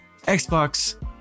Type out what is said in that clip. Xbox